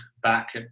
back